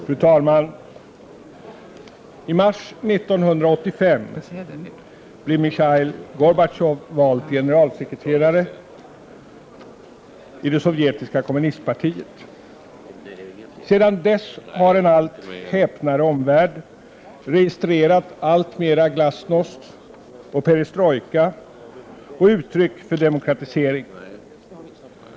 Fru talman! I mars 1985 blev Michail Gorbatjov vald till generalsekreterare i det sovjetiska kommunistpartiet. Sedan dess har en allt häpnare omvärld registrerat alltmera glasnost och perestrojka och uttryck för demokratisering.